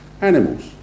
Animals